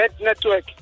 Network